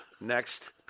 Next